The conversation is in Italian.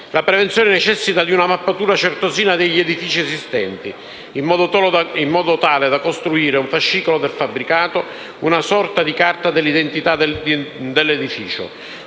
La prevenzione necessita di una mappatura certosina degli edifici esistenti in modo tale da costruire un fascicolo del fabbricato, una sorta di carta d'identità dell'edificio.